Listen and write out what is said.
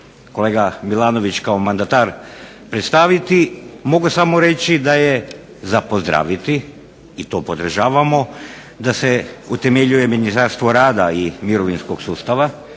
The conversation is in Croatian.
kolega Milanović kao mandatar predstaviti mogu samo reći da je za pozdraviti i to podržavamo, da se utemeljuje Ministarstvo rada i mirovinskog sustava